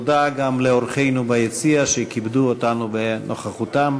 תודה גם לאורחינו ביציע שכיבדו אותנו בנוכחותם